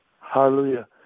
Hallelujah